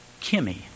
Kimmy